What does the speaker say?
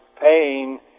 paying